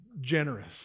generous